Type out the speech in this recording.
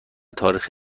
تاریخ